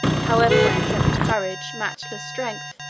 however by intrepid courage, matchless strength,